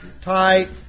tight